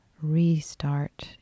restart